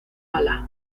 ala